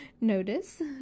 notice